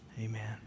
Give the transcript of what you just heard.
Amen